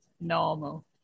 normal